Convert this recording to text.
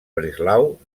breslau